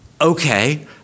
okay